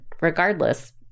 regardless